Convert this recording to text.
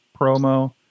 promo